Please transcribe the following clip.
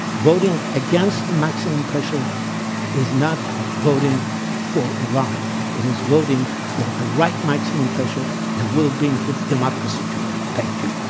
voting against the maximum pressure is not voting for iran it is voting for iraq maximum pressure that will bring democracy to iran. thank you.